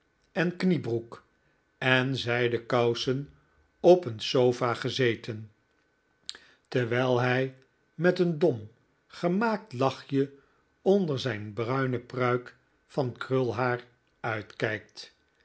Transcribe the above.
en kniebroek en zijden kousen op een sofa gezeten terwijl hij met een dom gemaakt lachje onder zijn bruine pruik van krulhaar uitkijkt